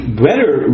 better